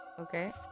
okay